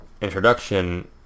introduction